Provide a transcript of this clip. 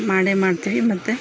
ಮಾಡೇ ಮಾಡ್ತೀವಿ ಮತ್ತು